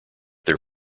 their